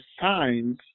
signs